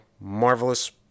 Marvelous